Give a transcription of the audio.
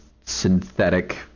synthetic